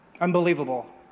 unbelievable